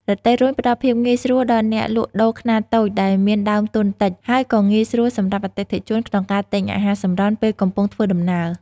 រទេះរុញ ផ្តល់ភាពងាយស្រួលដល់អ្នកលក់ដូរខ្នាតតូចដែលមានដើមទុនតិច ហើយក៏ងាយស្រួលសម្រាប់អតិថិជនក្នុងការទិញអាហារសម្រន់ពេលកំពុងធ្វើដំណើរ។